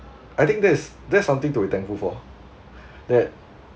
I think that is that's something to be thankful for that